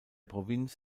provinz